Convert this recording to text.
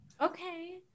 okay